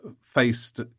faced